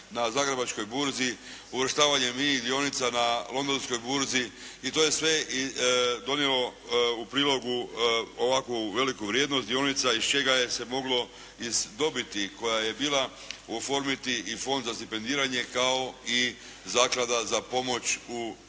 na Zagrebačkoj burzi uvrštavanjem INA-inih dionica na Londonskoj burzi i to je sve donijelo u prilogu ovakvu veliku vrijednost dionica iz čega se moglo iz dobiti koja je bila oformiti i Fond za stipendiranje kao i Zaklada za pomoć u